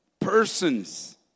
persons